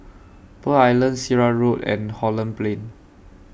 Pearl Island Sirat Road and Holland Plain